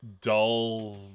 dull